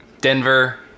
denver